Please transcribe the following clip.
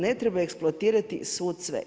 Ne treba eksploatirati svud sve.